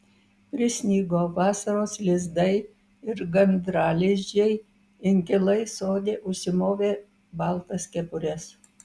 prisnigo vasaros lizdai ir gandralizdžiai inkilai sode užsimovė baltas kepures